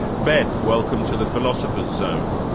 beth, welcome to the philosopher's zone.